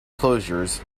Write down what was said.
closures